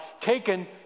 taken